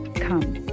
Come